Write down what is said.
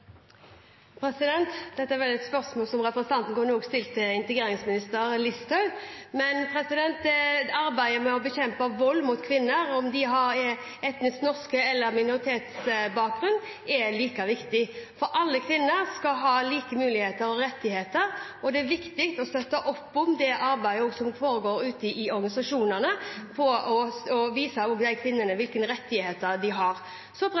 kvinner? Dette er vel et spørsmål som representanten også kunne stilt til integreringsminister Listhaug. Arbeidet med å bekjempe vold mot kvinner, om de er etnisk norske eller har minoritetsbakgrunn, er like viktig. Alle kvinner skal ha like muligheter og rettigheter, og det er viktig å støtte opp om det arbeidet som foregår ute i organisasjonene, for å vise kvinnene hvilke rettigheter de har.